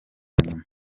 nyuma